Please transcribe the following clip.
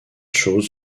choses